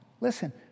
Listen